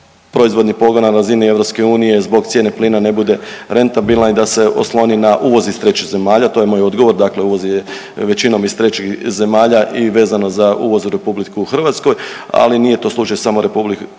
proizvodnih pogona na razini EU zbog cijene plina ne bude rentabilna i da se osloni na uvoz iz trećih zemalja, to je moj odgovor, dakle uvoz je većinom iz trećih zemalja i vezano za uvoz u RH, ali nije to slučaj samo u